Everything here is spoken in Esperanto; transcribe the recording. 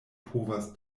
povas